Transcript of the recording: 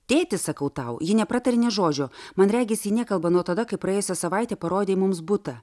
tėti sakau tau ji nepratarė nė žodžio man regis ji nekalba nuo tada kai praėjusią savaitę parodei mums butą